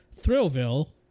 Thrillville